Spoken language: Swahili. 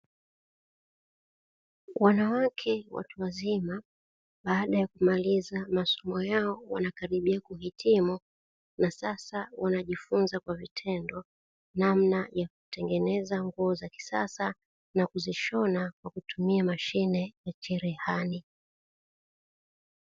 Wanawake watu wazima baada ya kumaliza masomo yao wanakaribia kuhitimu, na sasa wanajifunza kwa vitendo namna ya kutengeneza nguo za kisasa na kuzishona kwa kutumia mashine ya cherehani.